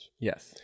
Yes